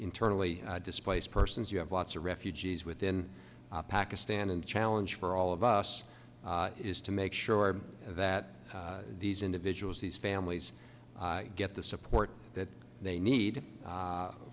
internally displaced persons you have lots of refugees within pakistan and challenge for all of us is to make sure that these individuals these families get the support that they need